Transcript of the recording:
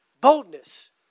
boldness